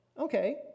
Okay